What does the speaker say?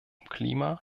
klima